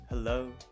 Hello